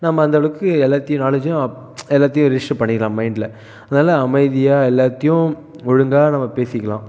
நம்ம அந்த அளவுக்கு எல்லாத்தையும் நாலேஜையும் எல்லாத்தையும் ரிஜிஸ்டர் பண்ணிடலாம் மைண்டில் அதனால் அமைதியாக எல்லாத்தையும் ஒழுங்காக நம்ம பேசிக்கலாம்